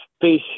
fish